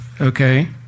Okay